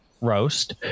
Roast